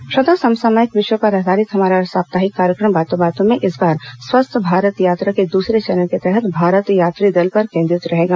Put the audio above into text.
बातों बातों में समसामयिक विषयों पर आधारित हमारा साप्ताहिक कार्यक्रम बातों बातों में इस बार स्वस्थ भारत यात्रा के दूसरे चरण के तहत भारत यात्री दल पर केंद्रित रहेगा